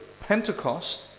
Pentecost